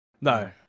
no